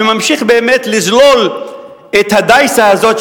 וממשיך באמת לזלול את הדייסה הזאת,